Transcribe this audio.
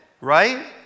right